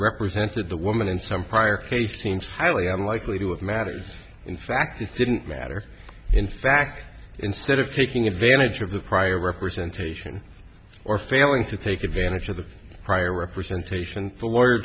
represented the woman in some prior case seems highly unlikely to have mattered in fact it didn't matter in fact instead of taking advantage of the prior representation or failing to take advantage of the prior representation for w